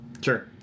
Sure